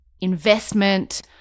investment